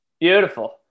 beautiful